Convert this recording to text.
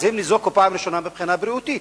אז הם ניזוקו פעם ראשונה מבחינה בריאותית,